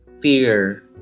fear